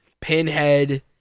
Pinhead